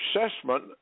assessment